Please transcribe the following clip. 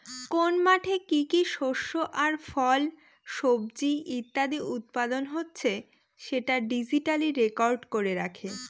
কোন মাঠে কি কি শস্য আর ফল, সবজি ইত্যাদি উৎপাদন হচ্ছে সেটা ডিজিটালি রেকর্ড করে রাখে